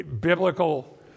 biblical